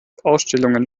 ausstellungen